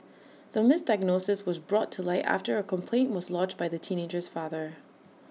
the misdiagnosis was brought to light after A complaint was lodged by the teenager's father